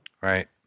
Right